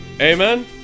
amen